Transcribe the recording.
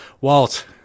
Walt